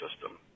system